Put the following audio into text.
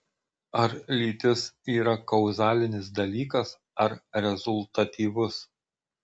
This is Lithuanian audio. ar lytis yra kauzalinis dalykas ar rezultatyvus